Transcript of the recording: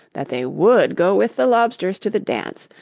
that they would go with the lobsters to the dance.